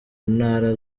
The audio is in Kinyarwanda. ntara